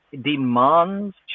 demands